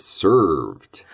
served